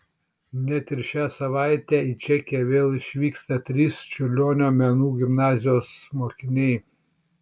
net ir šią savaitę į čekiją vėl išvyksta trys čiurlionio menų gimnazijos mokiniai